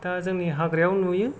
दा जोंनि हाग्रायाव नुयो